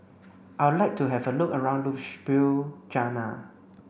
I would like to have a look around Ljubljana